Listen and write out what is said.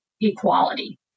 equality